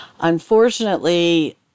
unfortunately